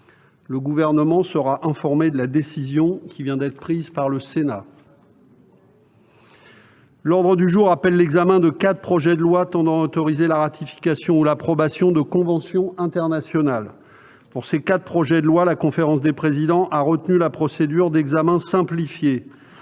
Le Gouvernement sera informé de la décision qui vient d'être prise par le Sénat. L'ordre du jour appelle l'examen de quatre projets de loi tendant à autoriser la ratification ou l'approbation de conventions internationales. Pour ces quatre projets de loi, la conférence des présidents a retenu la procédure d'examen simplifié.